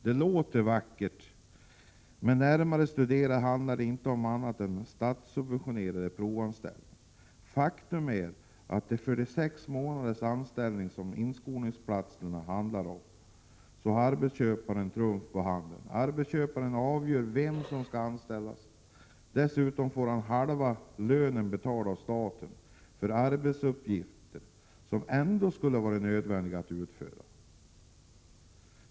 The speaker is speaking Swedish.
Det låter vackert, men ett närmare studium visar att det inte handlar om annat än ”statssubventionerade provanställningar”. Faktum är att för den sexmånadersanställning som inskolningsplatserna omfattar har arbetsgivaren trumf på hand. Arbetsköparen avgör vem som skall anställas. Dessutom får han halva lönen betald av staten för arbetsuppgifter som ändå skulle vara nödvändiga att utföra.